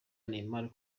neymar